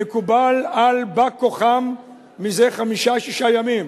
שמקובל על בא-כוחם מזה חמישה-שישה ימים,